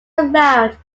around